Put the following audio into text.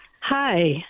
Hi